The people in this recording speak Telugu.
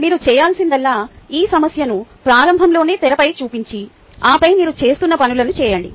మీరు చేయాల్సిందల్లా ఈ సమస్యను ప్రారంభంలోనే తెరపై చూపించి ఆపై మీరు చేస్తున్న పనులను చేయండి